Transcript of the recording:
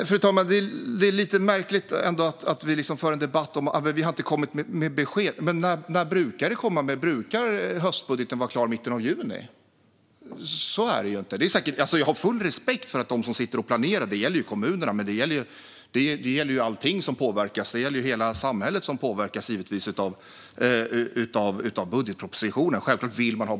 Fru talman! Det är lite märkligt ändå att det förs en debatt om att vi inte har kommit med besked. När brukar det komma besked? Brukar höstbudgeten vara klar i mitten av juni? Så är det ju inte. Jag har full respekt för att de som sitter och planerar vill ha besked så tidigt som möjligt. Det gäller bland annat kommunerna, men hela samhället påverkas givetvis av budgetpropositionen.